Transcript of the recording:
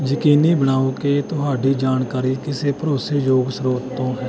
ਯਕੀਨੀ ਬਣਾਓ ਕਿ ਤੁਹਾਡੀ ਜਾਣਕਾਰੀ ਕਿਸੇ ਭਰੋਸੇਯੋਗ ਸਰੋਤ ਤੋਂ ਹੈ